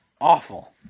Awful